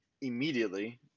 immediately